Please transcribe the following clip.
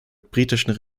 britischen